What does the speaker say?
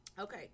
okay